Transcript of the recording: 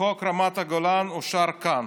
חוק רמת הגולן אושר כאן.